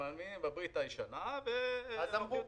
מאמינים בברית הישנה --- אז אמרו.